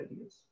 ideas